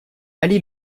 ali